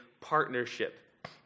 partnership